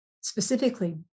specifically